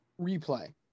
replay